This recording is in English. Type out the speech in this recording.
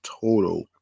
total